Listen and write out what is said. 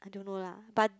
I don't know lah but